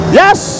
yes